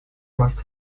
must